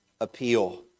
appeal